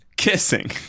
Kissing